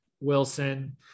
Wilson